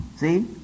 See